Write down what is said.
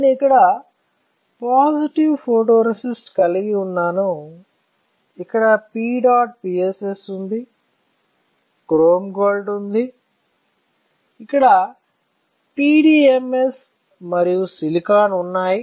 నేను ఇక్కడ positive photoresist కలిగి ఉన్నాను ఇక్కడ PEDOTPSS ఉంది క్రోమ్ గోల్డ్ ఉంది ఇక్కడ PDMS మరియు సిలికాన్ ఉన్నాయి